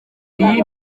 iyi